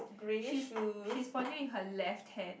she's she's pointing with her left hand